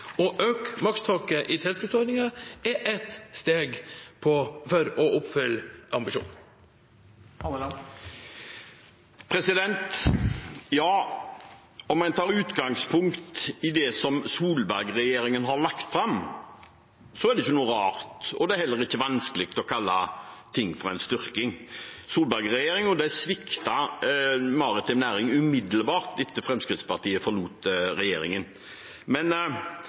Å øke makstaket i tilskuddsordningen er ett steg for å oppfylle ambisjonen. Om en tar utgangspunkt i det som Solberg-regjeringen har lagt fram, er det ikke noe rart og heller ikke vanskelig å kalle ting for en styrking. Solberg-regjeringen sviktet maritim næring umiddelbart etter at Fremskrittspartiet forlot regjeringen. Men